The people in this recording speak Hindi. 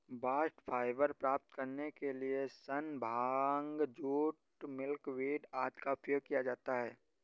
बास्ट फाइबर प्राप्त करने के लिए सन, भांग, जूट, मिल्कवीड आदि का उपयोग किया जाता है